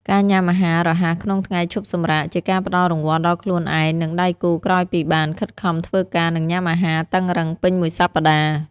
ការញ៉ាំអាហាររហ័សក្នុងថ្ងៃឈប់សម្រាក ជាការផ្ដល់រង្វាន់ដល់ខ្លួនឯង និងដៃគូក្រោយពីបានខិតខំធ្វើការ និងញ៉ាំអាហារតឹងរ៉ឹងពេញមួយសប្ដាហ៍។